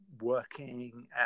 working